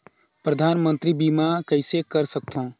परधानमंतरी बीमा कइसे कर सकथव?